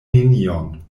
nenion